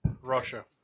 Russia